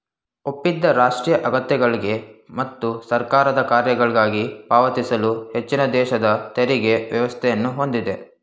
ಒಪ್ಪಿದ ರಾಷ್ಟ್ರೀಯ ಅಗತ್ಯಗಳ್ಗೆ ಮತ್ತು ಸರ್ಕಾರದ ಕಾರ್ಯಗಳ್ಗಾಗಿ ಪಾವತಿಸಲು ಹೆಚ್ಚಿನದೇಶದ ತೆರಿಗೆ ವ್ಯವಸ್ಥೆಯನ್ನ ಹೊಂದಿದೆ